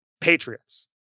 Patriots